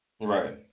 Right